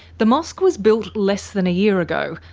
the mosque was built less than a year ago,